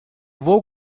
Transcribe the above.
vou